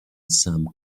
some